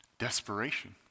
desperation